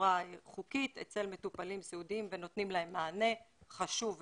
בצורה חוקית אצל מטופלים סיעודיים ונותנים להם מענה חשוב והכרחי.